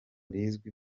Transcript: rizwi